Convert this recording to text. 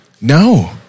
No